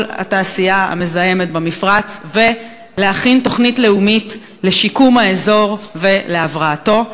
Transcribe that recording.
התעשייה המזהמת במפרץ ולהכין תוכנית לאומית לשיקום האזור ולהבראתו,